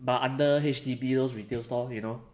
but under H_D_B those retail store you know